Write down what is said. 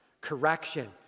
Correction